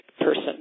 person